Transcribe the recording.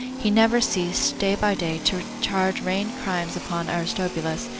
he never ceased, day by day, to charge reigned crimes upon aristobulus,